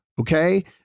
Okay